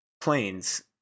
planes